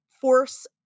force